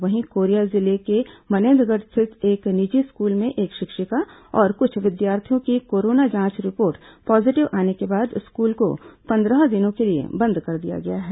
वहीं कोरिया जिले के मनेन्द्रगढ़ स्थित एक निजी स्कूल में एक शिक्षिका और क्छ विद्यार्थियों की कोरोना जांच रिपोर्ट पॉजीटिव आने के बाद स्कूल को पंद्रह दिनों के लिए बंद कर दिया गया है